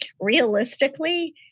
Realistically